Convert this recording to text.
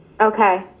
Okay